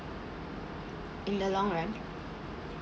in the long run